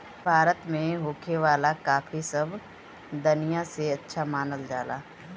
भारत में होखे वाला काफी सब दनिया से अच्छा मानल जाला